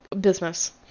business